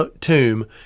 tomb